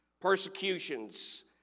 persecutions